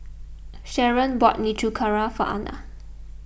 Sharon bought Nikujaga for Ana